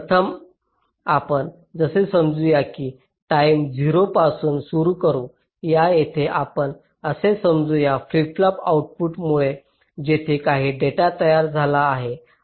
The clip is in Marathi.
प्रथम आपण असे समजू या की टाईम 0 पासून सुरू करू या जिथे आपण असे समजू या फ्लिप फ्लॉप आउटपुटमुळे येथे काही डेटा तयार झाला आहे